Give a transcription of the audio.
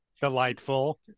Delightful